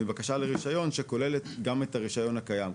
מבקשה לרישיון שכוללת גם את הרישיון הקיים.